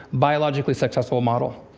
biologically successful model.